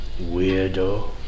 Weirdo